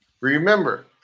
Remember